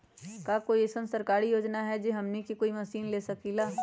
का कोई अइसन सरकारी योजना है जै से हमनी कोई मशीन ले सकीं ला?